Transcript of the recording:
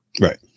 Right